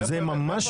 מאיפה הבאת?